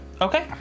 okay